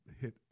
hit